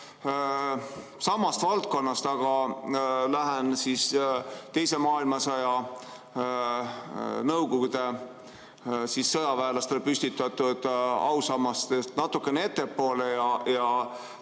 samast valdkonnast, aga lähen teise maailmasõja Nõukogude sõjaväelastele püstitatud ausammastest natukene ettepoole,